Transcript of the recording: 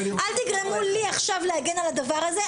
אל תגרמו לי עכשיו להגן על זה,